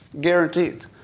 Guaranteed